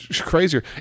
crazier